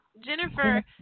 Jennifer